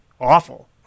awful